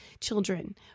children